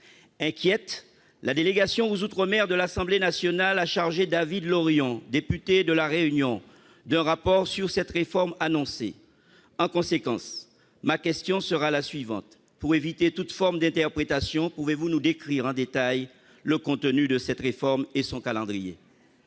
Inquiète, la délégation aux outre-mer de l'Assemblée nationale a chargé David Lorion, député de la Réunion, d'un rapport sur cette réforme annoncée. En conséquence, ma question sera la suivante : pour éviter toute forme d'interprétation, pouvez-vous nous décrire en détail le contenu de cette réforme et son calendrier ?